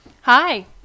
Hi